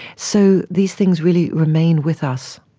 so these things really remain with us.